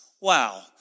Wow